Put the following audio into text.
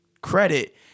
credit